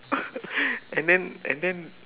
and then and then